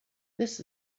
this